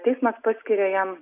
teismas paskiria jam